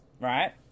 right